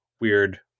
weird